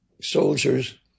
Soldiers